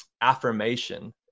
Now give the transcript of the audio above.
affirmation